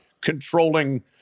controlling